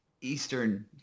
Eastern